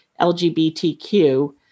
LGBTQ